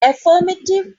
affirmative